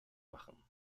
machen